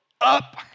up